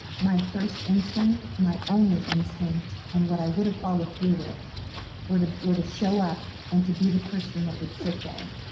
my first instinct my only instinct and what i would have followed through with were to were to show up and to be the person that would sit there